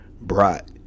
brought